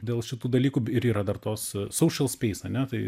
dėl šitų dalykų ir yra dar tos saušal speis ane tai